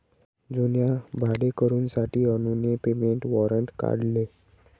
जुन्या भाडेकरूंसाठी अनुने पेमेंट वॉरंट काढले